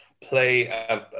Play